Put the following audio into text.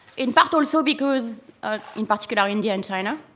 in part, also because ah in particular, india and china.